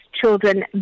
children